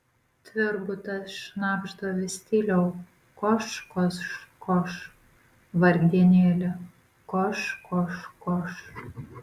tvirbutas šnabžda vis tyliau koš koš koš vargdienėli koš koš koš